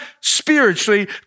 spiritually